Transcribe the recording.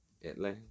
Italy